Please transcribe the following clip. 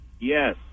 Yes